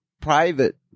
private